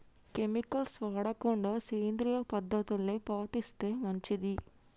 chemicals వాడకుండా సేంద్రియ పద్ధతుల్ని పాటిస్తే మంచిది